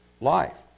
life